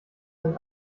ein